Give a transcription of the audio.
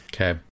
okay